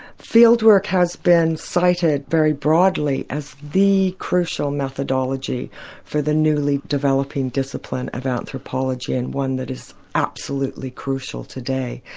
fieldwork has been cited very broadly as the crucial methodology for the newly-developing discipline of anthropology and one that is absolutely crucial today.